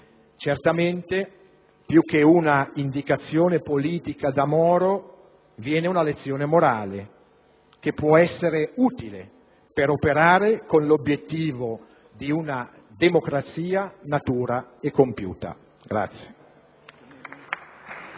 certamente, più che un'indicazione politica, da Moro viene una lezione morale, che può essere utile per operare con l'obiettivo di una democrazia matura e compiuta.